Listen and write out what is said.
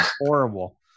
horrible